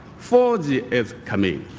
four g is coming.